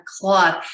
cloth